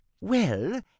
Well